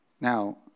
now